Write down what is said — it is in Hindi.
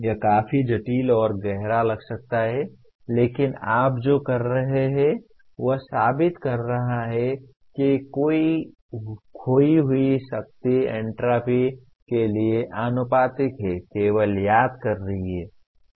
यह काफी जटिल और गहरा लग सकता है लेकिन आप जो कर रहे हैं वह साबित कर रहा है कि खोई हुई शक्ति एन्ट्रापी के लिए आनुपातिक है केवल याद कर रही है